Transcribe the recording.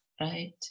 right